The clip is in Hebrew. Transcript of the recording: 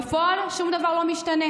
בפועל שום דבר לא משתנה.